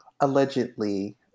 allegedly